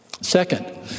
Second